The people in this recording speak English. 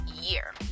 year